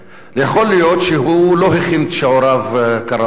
יכול להיות שהוא לא הכין את שיעוריו כראוי,